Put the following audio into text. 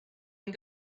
and